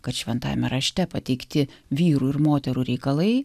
kad šventajame rašte pateikti vyrų ir moterų reikalai